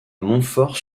montfort